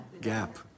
gap